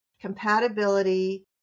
compatibility